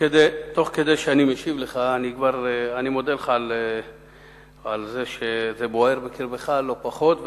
אני מודה לך על זה שזה בוער בקרבך לא פחות,